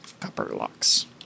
Copperlocks